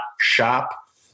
shop